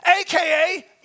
aka